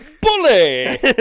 bully